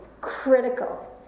critical